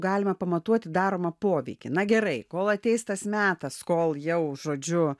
galima pamatuoti daromą poveikį na gerai kol ateis tas metas kol jau žodžiu